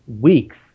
weeks